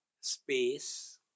space